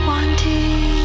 Wanting